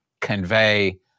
convey